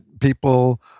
people